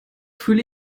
fühle